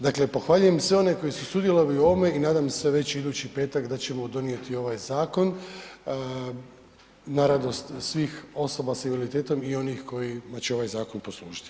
Dakle pohvaljujem i sve one koji su sudjelovali u ovome i nadam se već idući petak da ćemo donijeti ovaj zakon na radost svih osoba sa invaliditetom i onih kojima će ovaj zakon poslužiti.